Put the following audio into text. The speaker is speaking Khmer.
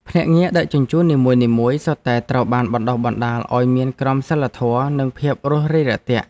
ភ្នាក់ងារដឹកជញ្ជូននីមួយៗសុទ្ធតែត្រូវបានបណ្តុះបណ្តាលឱ្យមានក្រមសីលធម៌និងភាពរុះរាយរាក់ទាក់។